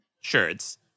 shirts